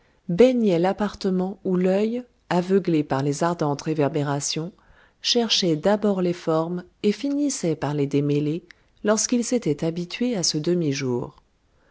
baignait l'appartement où l'œil aveuglé par les ardentes réverbérations cherchait d'abord les formes et finissait par les démêler lorsqu'il s'était habitué à ce demi-jour